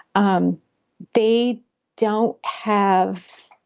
um they don't have.